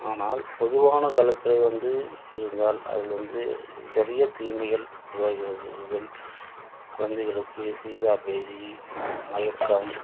ஆனால் பொதுவான கழிப்பறை வந்து இருந்தால் அதில் வந்து நிறைய தீமைகள் உருவாகிறது முதல் குழந்தைகளுக்கு சீதாபேதி மயக்கம்